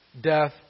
death